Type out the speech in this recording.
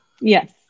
Yes